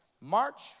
March